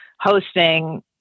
hosting